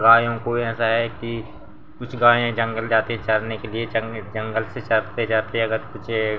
गायों को ऐसा है कि कुछ गायें जंगल जाती हैं चरने के लिए चरने जंगल से चरते चरते अगर कुछ